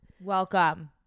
Welcome